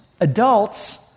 adults